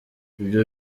ibyo